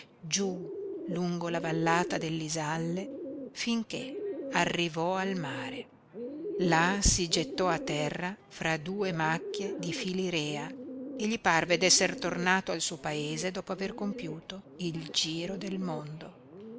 giú lungo la vallata dell'isalle finché arrivò al mare là si gettò a terra fra due macchie di filirea e gli parve d'esser tornato al suo paese dopo aver compiuto il giro del mondo